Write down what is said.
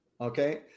Okay